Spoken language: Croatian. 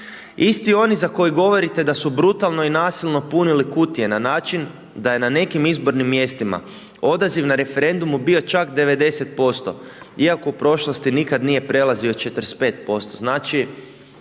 Isti oni za koje govorite da su brutalno i nasilno punili kutije na način da je na nekim izbornim mjestima odaziv na referendumu bio čak 90% iako u prošlosti nikad nije prelazio 45%.